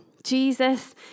Jesus